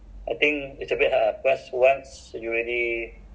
the developer they eh you need to